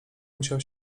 musiał